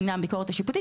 בעניין הביקורת השיפוטית,